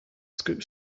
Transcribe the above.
scoop